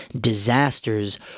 Disasters